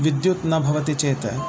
विद्युत् न भवति चेत्